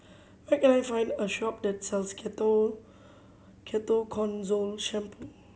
where can I find a shop that sells Ketoconazole Shampoo